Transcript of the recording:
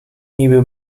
niby